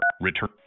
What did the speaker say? Return